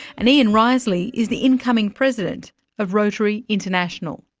and ian riseley is the incoming president of rotary international.